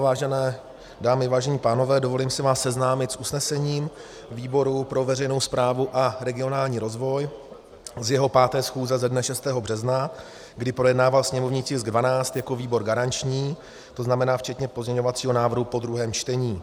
Vážené dámy, vážení pánové, dovolím si vás seznámit s usnesením výboru pro veřejnou správu a regionální rozvoj z jeho 5. schůze ze dne 6. března, kdy projednával sněmovní tisk 12 jako výbor garanční, to znamená včetně pozměňovacího návrhu po druhém čtení: